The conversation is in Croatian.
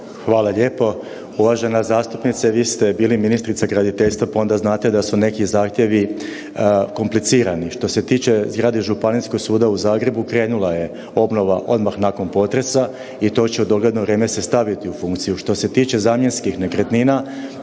Hvala lijepo. Uvažena zastupnice vi ste bili ministrica graditeljstva pa onda znate da su neki zahtjevi komplicirani. Što se tiče zgrade Županijskog suda u Zagrebu, krenula je obnova odmah nakon potresa i to će u dogledno vrijeme se staviti u funkciju. Što se tiče zamjenskih nekretnina,